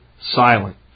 silent